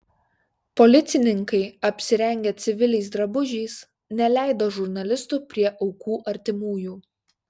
policininkai apsirengę civiliais drabužiais neleido žurnalistų prie aukų artimųjų